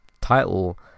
title